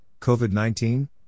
COVID-19